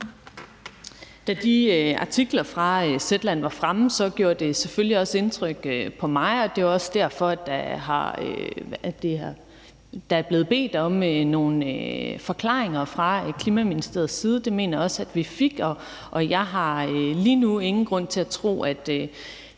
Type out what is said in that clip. Da de artikler fra Zetland var fremme, gjorde det selvfølgelig også indtryk på mig, og det er også derfor, at der er blevet bedt om nogle forklaringer fra Klima-, Energi- og Forsyningsministeriets side, og dem mener jeg også at vi fik. Jeg har lige nu ingen grund til at have